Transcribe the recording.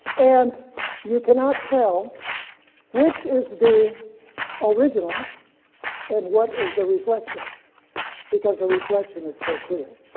and you cannot tell which is the original and what is the reflection because the reflection is so clear.